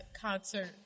concert